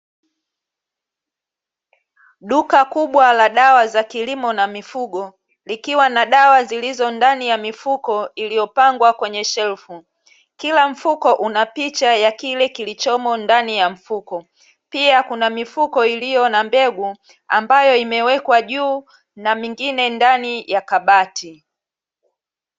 Duka kubwa la dawa za kilimo na mifugo likiwa na dawa zilizo ndani ya mifuko iliyopangwa kwenye shelfu, kila mfuko una picha ya kile kilichomo ndani ya mfuko pia kuna mifuko iliyo na mbegu ambayo imewekwa juu na mengine ndani ya kabati.